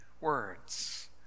words